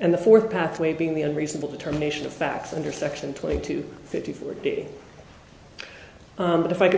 and the fourth pathway being the unreasonable determination of facts under section twenty two fifty four on that if i could